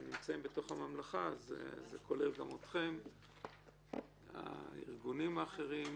נציגי הארגונים האחרים,